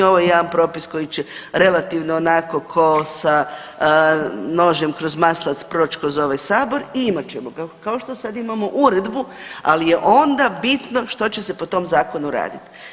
Ovo je jedan propis koji će relativno onako ko sa nožem kroz maslac proći kroz ovaj sabor i imat ćemo ga kao što sad imamo uredbu, ali je onda bitno što će se po tom zakonu raditi.